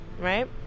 right